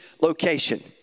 location